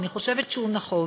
ואני חושבת שהוא נכון,